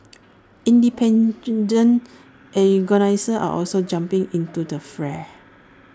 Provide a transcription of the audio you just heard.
independent organisers are also jumping into the fray